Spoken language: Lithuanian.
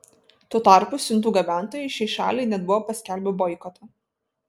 tuo tarpu siuntų gabentojai šiai šaliai net buvo paskelbę boikotą